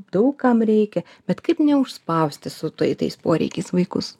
daug kam reikia bet kaip neužspausti su tai tais poreikiais vaikus